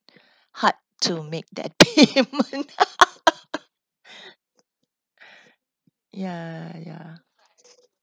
hard to make that payment ya ya